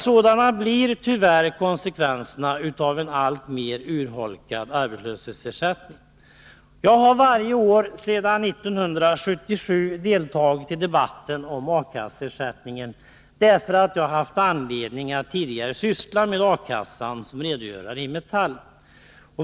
Sådana blir tyvärr konsekvenserna av en alltmer urholkad arbetslöshetsersättning. Jag har varje år sedan 1977 deltagit i debatten om A-kasseersättningen därför att jag har haft anledning att tidigare syssla med A-kassan som redogörare i Metall.